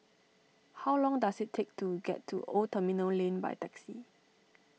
how long does it take to get to Old Terminal Lane by taxi